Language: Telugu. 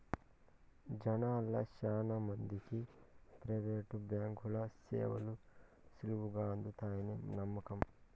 జనాల్ల శానా మందికి ప్రైవేటు బాంకీల సేవలు సులువుగా అందతాయని నమ్మకం